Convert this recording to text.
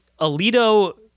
Alito